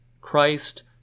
Christ